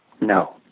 No